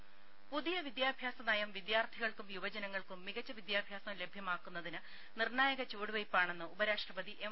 രുമ പുതിയ വിദ്യാഭ്യാസ നയം വിദ്യാർത്ഥികൾക്കും യുവജനങ്ങൾക്കും മികച്ച വിദ്യാഭ്യാസം ലഭ്യമാക്കുന്നതിന് നിർണ്ണായക ചുവടുവെയ്പാണെന്ന് ഉപരാഷ്ട്രപതി എം